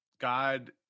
God